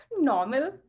normal